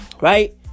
Right